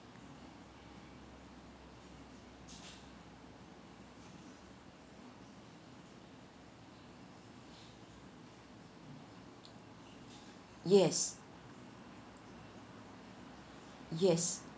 yes yes